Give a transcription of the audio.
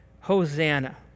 Hosanna